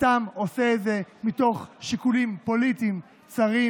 סתם עושה את זה מתוך שיקולים פוליטיים צרים,